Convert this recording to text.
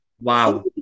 Wow